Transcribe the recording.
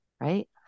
right